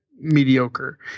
mediocre